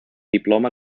diploma